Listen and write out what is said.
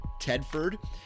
Tedford